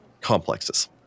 complexes